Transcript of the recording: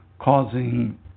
causing